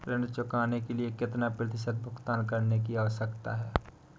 ऋण चुकाने के लिए कितना प्रतिशत भुगतान करने की आवश्यकता है?